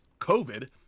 COVID